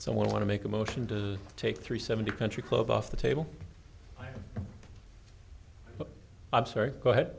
i want to make a motion to take three seventy country club off the table i'm sorry go ahead